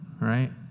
right